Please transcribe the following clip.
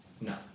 no